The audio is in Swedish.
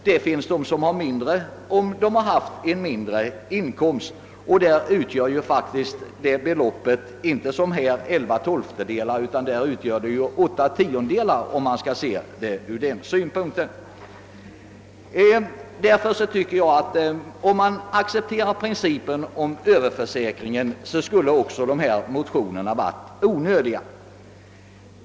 Det finns de som får mindre om de haft lägre inkomst. Därvidlag utgör beloppet inte som i det här fallet 11 19. Accepterar man principen om överförsäkring måste också motionerna anses onödiga.